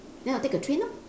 then I'll take a train lor